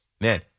man